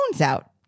out